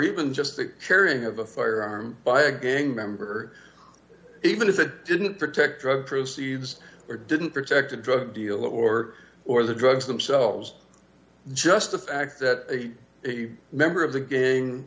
even just the carrying of a firearm by a gang member even if it didn't protect drug proceeds or didn't protect a drug deal or or the drugs themselves just the fact that a member of the gang